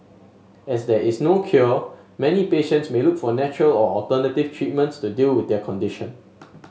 as there is no cure many patients may look for natural or alternative treatments to deal with their condition